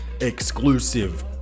exclusive